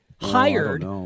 Hired